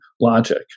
logic